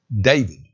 David